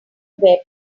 web